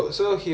ya